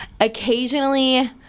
occasionally